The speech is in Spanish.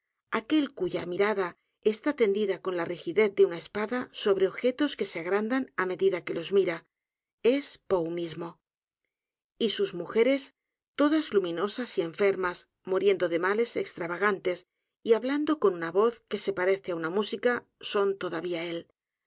aquel cuya mirada está tendida con la rigidez de una espada sobre objetos que se agrandan á medida que los mira es poe mismo y sus mujeres todas luminosas y enfermas muriendo de males extrav a g a n t e s y hablando con una voz que se parece á una música son todavía é